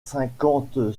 cinquante